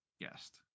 guest